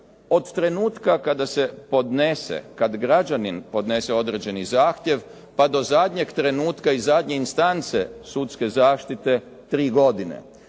od trenutka kada se podnese kada građanin podnese određeni zahtjev pa do zadnjeg trenutka i zadnje instance sudske zaštite 3 godine